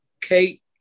Kate